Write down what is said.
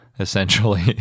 essentially